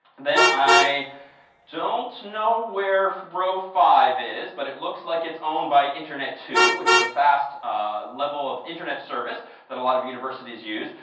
then i don't know where row five is, but it looks like its owned by internet two, which is a fast ah level of internet service that a lot of universities use.